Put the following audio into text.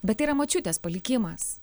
bet tai yra močiutės palikimas